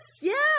yes